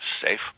safe